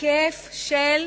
בהיקף של,